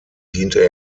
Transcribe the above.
diente